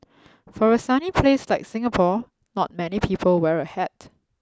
for a sunny place like Singapore not many people wear a hat